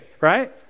right